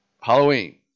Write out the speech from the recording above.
Halloween